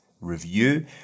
Review